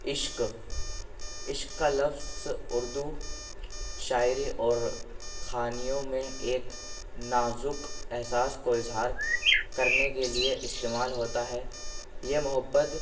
عشق عشق کا لفظ اردو شاعری اور میں ایک نازک احساس کو اظہار کرنے کے لیے استعمال ہوتا ہے یہ محبت